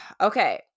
Okay